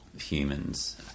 humans